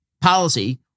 policy